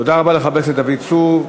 תודה רבה לחבר הכנסת דוד צור.